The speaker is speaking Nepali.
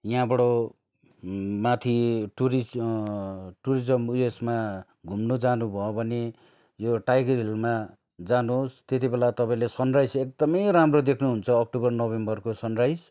यहाँबाट माथि टुरिस्ट टुरिज्म उइसमा घुम्नु जानु भयो भने यो टाइगर हिलमा जानुहोस् त्यतिबेला तपाईँले सनराइज एकदमै राम्रो देख्नु हुन्छ अक्टोबर नभेम्बरको सनराइज